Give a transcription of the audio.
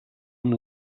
amb